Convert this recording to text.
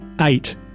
Eight